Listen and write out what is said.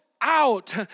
out